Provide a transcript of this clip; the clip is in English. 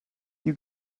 you